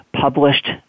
published